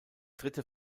dritte